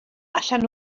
allan